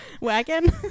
wagon